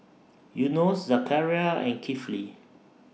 Yunos Zakaria and Kifli